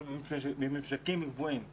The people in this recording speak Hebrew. אנחנו בממשקים גבוהים אתן.